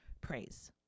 praise